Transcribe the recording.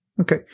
Okay